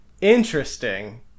Interesting